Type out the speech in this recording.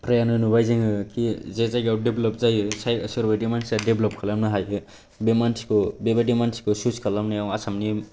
प्रायानो नुबाय जोङो कि जे जायगायाव देभलप जायो सोर बायदि मानसिआ देभलप खालामो बे मानसिखौ बेबायदि मानसिखौ चुज खालामनायाव आसामनि